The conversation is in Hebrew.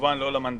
וכמובן לא למנדטים.